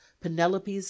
penelope's